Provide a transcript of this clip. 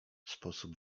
sposób